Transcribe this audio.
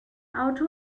auto